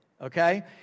Okay